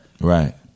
Right